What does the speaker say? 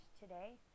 today